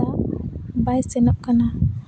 ᱵᱟᱭ ᱥᱮᱱᱚᱜ ᱠᱟᱱᱟ